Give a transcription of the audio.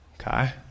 Okay